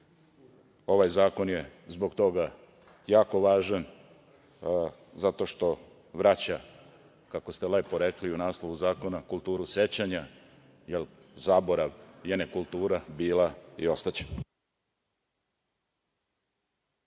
zakon je zbog toga jako važan, zato što vraća, kako ste lepo rekli u naslovu zakona – kulturu sećanja, jer zaborav je nekultura bila i ostaće.